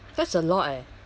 that's a lot eh